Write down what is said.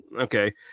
Okay